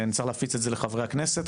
צריך להפיץ את זה לחברי הכנסת,